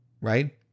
right